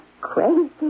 crazy